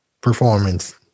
performance